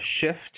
shift